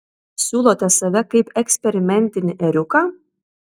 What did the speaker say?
siūlote save kaip eksperimentinį ėriuką